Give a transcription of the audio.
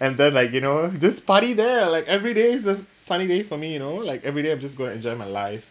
and then like you know just party there like every day's a sunny day for me you know like everyday I'm just going to enjoy my life